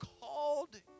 called